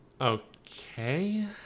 Okay